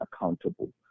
accountable